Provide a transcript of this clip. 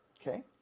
Okay